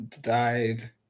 Died